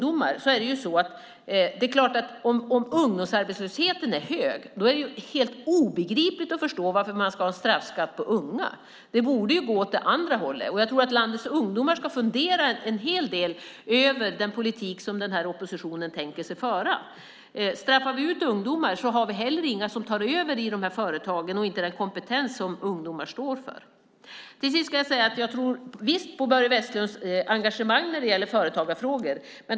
Om ungdomsarbetslösheten är hög är det omöjligt att förstå varför man ska ha straffskatt för att anställa unga. Det borde i stället gå åt det andra hållet. Jag tror att landets ungdomar ska fundera en hel del på den politik som oppositionen tänker sig föra. Straffar vi ut ungdomar har vi inga som tar över i företagen. Inte heller har vi då den kompetens som ungdomar står för. Till sist: Jag tror visst på Börje Vestlunds engagemang när det gäller företagarfrågor.